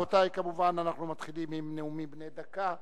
רבותי, כמובן, אנחנו מתחילים עם נאומים בני דקה.